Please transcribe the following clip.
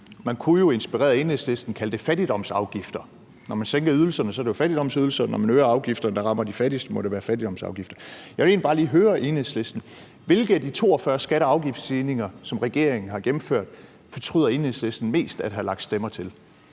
Man kunne inspireret af Enhedslisten kalde det fattigdomsafgifter. Når man sænker ydelserne, er det jo fattigdomsydelser, og når man øger afgifterne, der rammer de fattigste, må det være fattigdomsafgifter. Jeg vil egentlig bare lige høre Enhedslisten: Hvilke af de 42 skatte- og afgiftsstigninger, som regeringen har gennemført, fortryder Enhedslisten mest at have lagt stemmer til?